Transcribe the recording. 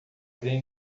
vem